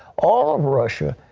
all of russia,